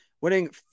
winning